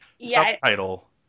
subtitle